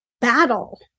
battle